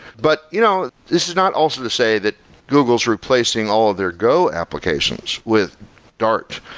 but you know this is not also to say that google is replacing all of their go applications with dart.